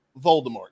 Voldemort